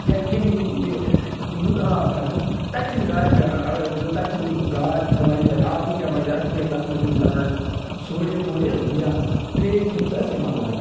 یا کیٚنٛہہ یُس یہِ نُنہٕ آب چھُ آسان تَتہِ چھِنہٕ گاڈِ پٮ۪وان اگر أسۍ وٕچھو تَتہِ چھِنہٕ گاڈ کھٮ۪وان یِہوٚے آبٕے چٮ۪وان زیادٕ تِکیٛازِ تَتھ منٛز چھِ تٔمِس آسان سوڈِیم ووڈِیم یا ترٛیش چھِ تٔمِس ٲتھۍ سۭتۍ مۄکلان